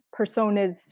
personas